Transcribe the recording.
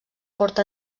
port